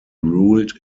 ruled